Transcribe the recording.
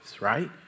right